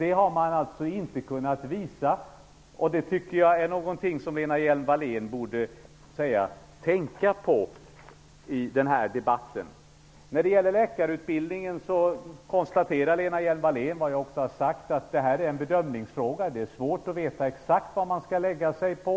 Det har man inte kunnat visa, så det är något som Lena Hjelm-Wallén borde tänka på i den här debatten. Hjelm-Wallén vad jag har sagt, nämligen att detta är en bedömningsfråga. Det är svårt att exakt veta vilken nivå man skall lägga sig på.